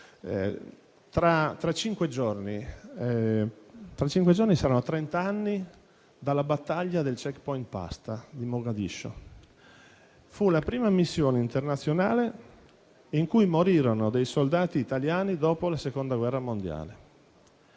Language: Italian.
Tra cinque giorni saranno trent'anni dalla battaglia del *checkpoint* Pasta a Mogadiscio. Fu la prima missione internazionale in cui morirono dei soldati italiani dopo la seconda guerra mondiale.